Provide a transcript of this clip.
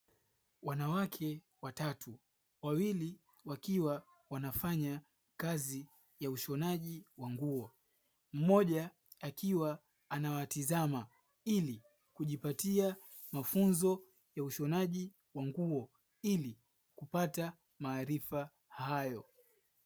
Wanawake watatu, wawili wakiwa wanafanya kazi ya ushonaji wa nguo, mmoja akiwa anawatizama ili kujipatia mafunzo ya ushonaji wa nguo, ili kupata maarifa hayo.